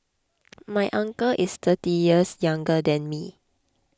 my uncle is thirty years younger than me